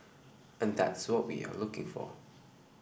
and that's what we are looking for